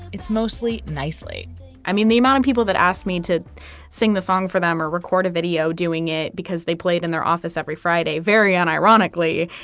it's mostly nicely i mean, the amount of people that ask me to sing the song for them or record a video doing it because they played in their office every friday, very and ironically,